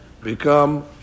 become